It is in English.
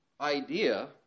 idea